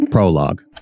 Prologue